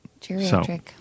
Geriatric